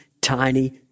tiny